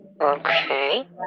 okay